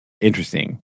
Interesting